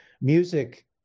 Music